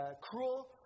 cruel